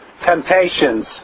temptations